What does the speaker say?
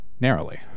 narrowly